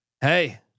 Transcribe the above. Hey